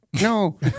No